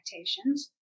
expectations